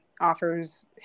offers